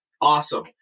awesome